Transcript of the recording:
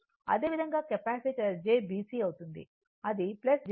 అదేవిధంగా capacitor jBC అవుతుంది అది jBC 1XC